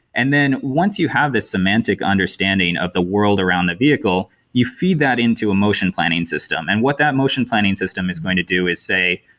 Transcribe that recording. and then once you have this semantic understanding of the world around the vehicle, you feed that into a motion planning system. and what that motion planning system is going to do is say,